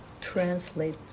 Translate